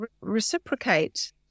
reciprocate